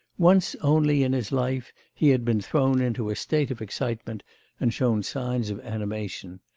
once only in his life he had been thrown into a state of excitement and shown signs of animation,